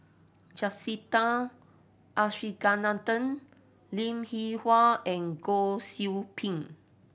Jacintha Abisheganaden Linn In Hua and Goh Qiu Bin